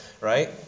right